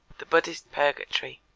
the buddhist purgatory